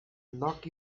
knock